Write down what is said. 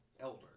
elder